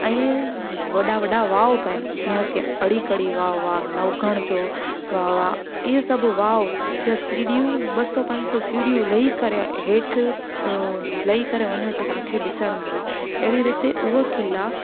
ऐं वॾा वॾा वाओ बि आहिनि जीअं की अड़ी कड़ी वाओ आहे नौकण जो वाओ आहे इहे सभु वाओ सीढ़ीयूं ॿ सौ पंज सौ सीढ़ियूं लही करे हेठि लही करे वञूं त तव्हांखे ॾिसणु मिले अहिड़ी रीति उहे क़िला